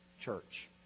Church